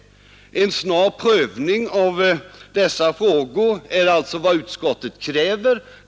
Vad utskottet kräver är alltså en snar prövning av dessa frågor.